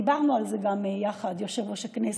דיברנו על זה גם יחד, יושב-ראש הכנסת,